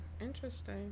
Interesting